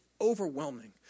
overwhelming